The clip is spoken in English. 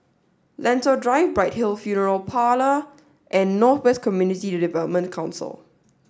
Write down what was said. Lentor Drive Bright Hill Funeral Parlour and North West Community Development Council